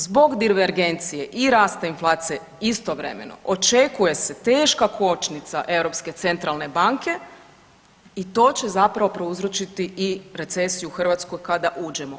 Zbog divergencije i rasta inflacije istovremeno očekuje se teška kočnica Europske centralne banke i to će zapravo prouzročiti i recesiju hrvatsku kada uđemo.